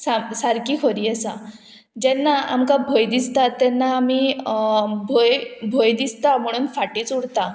साम सारकी खरी आसा जेन्ना आमकां भंय दिसता तेन्ना आमी भंय भंय दिसता म्हणून फाटींच उरता